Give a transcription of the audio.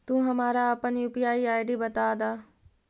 तू हमारा अपन यू.पी.आई आई.डी बता दअ